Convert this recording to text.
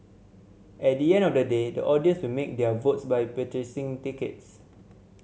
at the end of the day the audience will make their votes by purchasing tickets